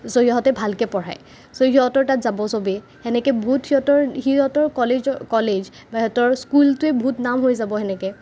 চ' সিহঁতে ভালকে পঢ়ায় চ' সিহঁতৰ তাত যাব চবে হেনেকে বহুত সিহঁতৰ সিহঁতৰ কলেজৰ কলেজ বা সিহঁতৰ স্কুলটোৱে বহুত নাম হৈ যাব সেনেকে